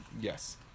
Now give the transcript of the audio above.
Yes